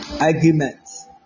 arguments